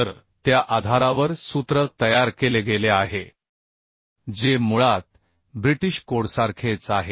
तर त्या आधारावर सूत्र तयार केले गेले आहे जे मुळात ब्रिटिश कोडसारखेच आहे